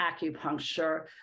acupuncture